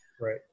Right